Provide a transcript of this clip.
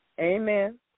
Amen